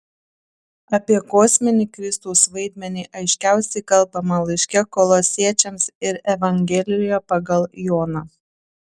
apie kosminį kristaus vaidmenį aiškiausiai kalbama laiške kolosiečiams ir evangelijoje pagal joną